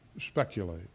speculate